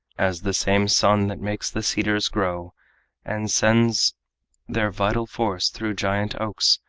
as the same sun that makes the cedars grow and sends their vital force through giant oaks,